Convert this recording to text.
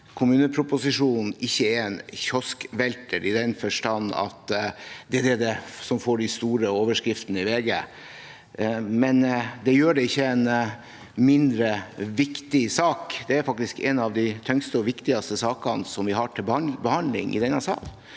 kommuneproposisjonen ikke er en kioskvelter, i den forstand at den får de store overskriftene i VG. Det gjør den ikke til en mindre viktig sak. Det er faktisk en av de tyngste og viktigste sakene vi har til behandling i denne sal.